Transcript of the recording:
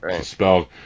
Spelled